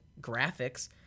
graphics